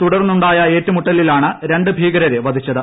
തുടർന്നുണ്ടായ ഏറ്റുമുട്ടലിലാണ് രണ്ട് ഭീകരരെ വധിച്ചത്